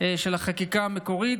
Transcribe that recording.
של החקיקה המקורית,